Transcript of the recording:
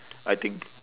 I think